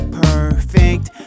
perfect